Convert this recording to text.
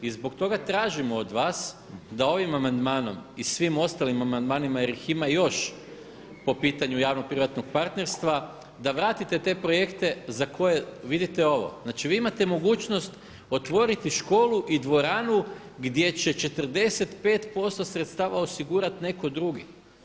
I zbog toga tražimo od vas da ovim amandmanom i svim ostalim amandmanima jer ih ima još po pitanju javno-privatnog partnerstva da vratite te projekte za koje vidite ovo znači vi imate mogućnost otvoriti školu i dvoranu gdje će 45% sredstava osigurati netko drugi.